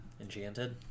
Enchanted